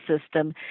system